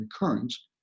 recurrence